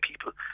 people